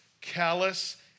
callous